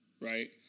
Right